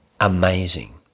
Amazing